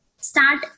Start